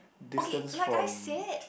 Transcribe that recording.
distance from